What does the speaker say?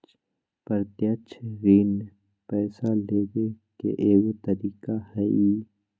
प्रत्यक्ष ऋण पैसा लेबे के एगो तरीका हइ